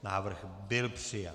Návrh byl přijat.